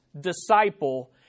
disciple